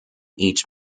each